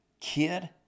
kid